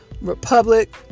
Republic